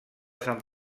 sant